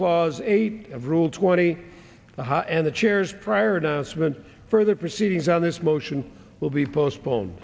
clause eight of rule twenty one and the chairs prior to even further proceedings on this motion will be postpone